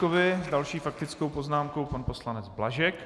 S další faktickou poznámkou pan poslanec Blažek.